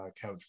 couch